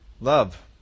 Love